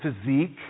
physique